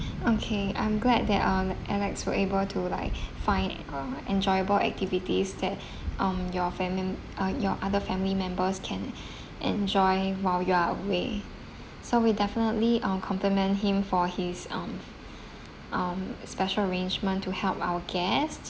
okay I'm glad that uh alex were able to like find uh enjoyable activities that um your fami~ uh your other family members can enjoy while you are away so we definitely um compliment him for his um um special arrangement to help our guest